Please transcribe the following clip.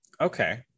Okay